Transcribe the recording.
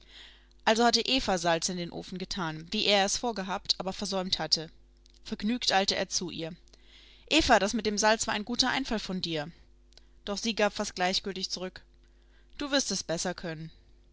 also hatte eva salz in den ofen getan wie er es vorgehabt aber versäumt hatte vergnügt eilte er zu ihr eva das mit dem salz war ein guter einfall von dir doch sie gab fast gleichgültig zurück du wirst es besser können